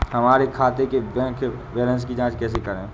हमारे खाते के बैंक की जाँच कैसे करें?